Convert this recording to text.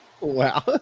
Wow